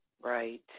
Right